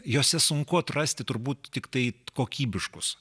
jose sunku atrasti turbūt tiktai kokybiškus